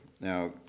Now